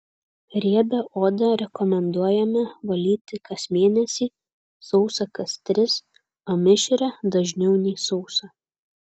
riebią odą rekomenduojame valyti kas mėnesį sausą kas tris o mišrią dažniau nei sausą